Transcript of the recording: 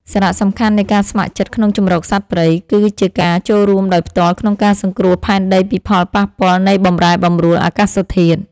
សារៈសំខាន់នៃការស្ម័គ្រចិត្តក្នុងជម្រកសត្វព្រៃ គឺជាការចូលរួមដោយផ្ទាល់ក្នុងការសង្គ្រោះផែនដីពីផលប៉ះពាល់នៃបម្រែបម្រួលអាកាសធាតុ។